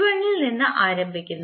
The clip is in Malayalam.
v1 ൽ നിന്ന് ആരംഭിക്കുന്നു